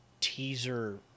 teaser